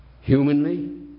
Humanly